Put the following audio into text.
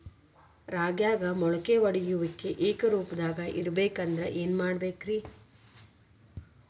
ರಾಗ್ಯಾಗ ಮೊಳಕೆ ಒಡೆಯುವಿಕೆ ಏಕರೂಪದಾಗ ಇರಬೇಕ ಅಂದ್ರ ಏನು ಮಾಡಬೇಕ್ರಿ?